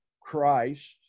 Christ